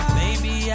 baby